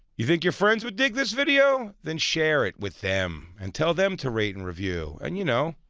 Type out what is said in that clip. you think your friends would dig this video? then share it with them and tell them to rate and review and you know,